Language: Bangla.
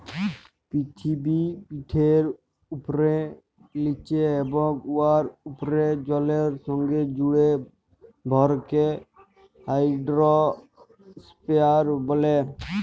পিথিবীপিঠের উপ্রে, লিচে এবং উয়ার উপ্রে জলের সংগে জুড়া ভরকে হাইড্রইস্ফিয়ার ব্যলে